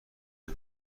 بهم